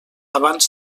abans